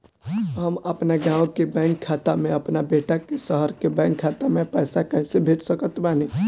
हम अपना गाँव के बैंक खाता से अपना बेटा के शहर के बैंक खाता मे पैसा कैसे भेज सकत बानी?